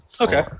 Okay